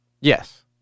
Yes